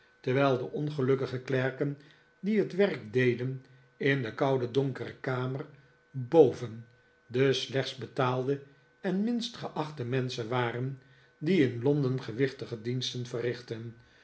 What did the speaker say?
terwijl de ongelukkige klerken die het werk deden in de koude donkere kamer boven de slechtst betaalde en minst geachte menschen waren die in londen gewichtige diensten verrichten